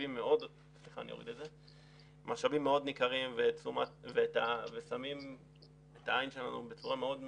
משאבים מאוד ניכרים ושמים את העין שלנו בצורה מאוד ממוקדת,